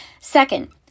Second